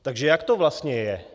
Takže jak to vlastně je?